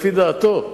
לפי דעתו,